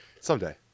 someday